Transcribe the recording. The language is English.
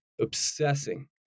obsessing